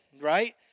right